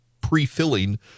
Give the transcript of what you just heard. pre-filling